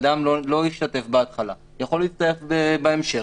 אדם שלא ישתתף בהתחלה יכול להצטרף בהמשך,